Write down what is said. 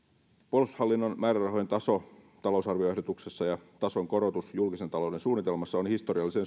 puolustushallinnon määrärahojen taso talousarvioehdotuksessa ja tason korotus julkisen talouden suunnitelmassa ovat historiallisen